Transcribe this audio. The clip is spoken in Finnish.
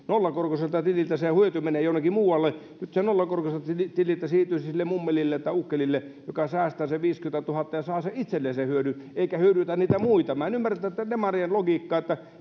siltä nollakorkoiselta tililtä se hyöty menee jonnekin muualle nyt se nollakorkoiselta tililtä siirtyisi sille mummelille tai ukkelille joka säästää sen viisikymmentätuhatta ja saa itselleen sen hyödyn eikä se hyödytä niitä muita minä en ymmärrä tätä tätä demarien logiikkaa